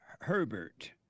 Herbert